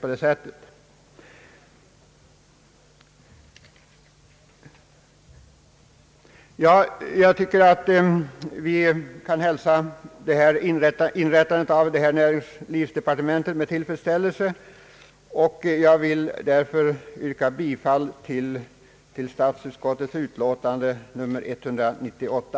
Jag anser alltså, herr talman, att vi kan hälsa inrättandet av det nya näringslivsdepartementet med tillfredsställelse, och förutsätter att denna åtgärd skall bidra till en stimulans och utveckling av det näringsliv vi har i landet. Jag ber därför att få yrka bifall till statsutskottets utlåtande nr 198.